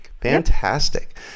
fantastic